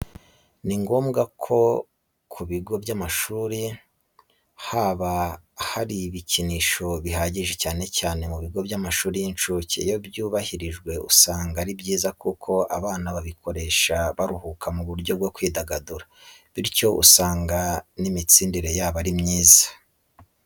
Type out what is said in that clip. Ni ngombwa ko ku bigo by'amashuri haba hari ibikinisho bihagije, cyane cyane ku bigo by'amashuri y'incuke. Iyo byubahirijwe usanga ari byiza kuko abana babikoresha baruhuka mu buryo bwo kwidagadura. Bityo usanga n'imitsindire yabo ari myiza.